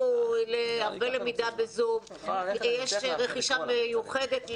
ללמידה רבה בזום ויש רכישה מיוחדת לנושא,